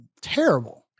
terrible